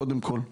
קודם כל,